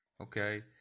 okay